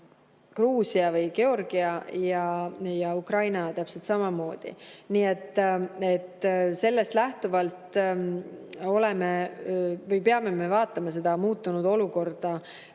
Gruusia või Georgia ja Ukraina täpselt samamoodi. Nii et sellest lähtuvalt peame me vaatama seda muutunud olukorda.